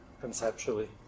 conceptually